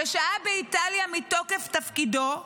ששהה באיטליה מתוקף תפקידו.